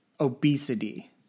obesity